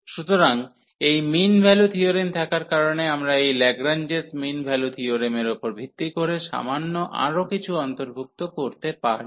সুতরাং এই mean value theorem থাকার কারণে আমরা এই ল্যাগ্রাঞ্জেস মিন ভ্যালু থিওরেমের উপর ভিত্তি করে সামান্য আরও কিছু অন্তর্ভুক্ত করতে পারি